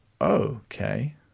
okay